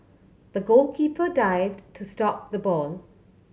the goalkeeper dived to stop the ball